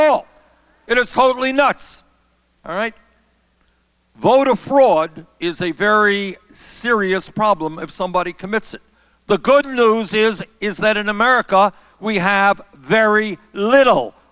all it is totally nuts all right voter fraud is a very serious problem if somebody commits the good news is is that in america we have very little